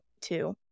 Two